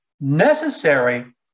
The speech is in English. necessary